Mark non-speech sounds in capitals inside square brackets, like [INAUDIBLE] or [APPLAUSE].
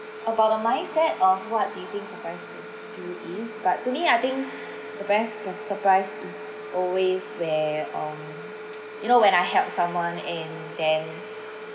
about the mindset of what the surprise to you is but to me I think [BREATH] the best p~ surprise is always where um you know when I help someone and then